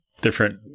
different